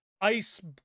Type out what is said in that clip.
ice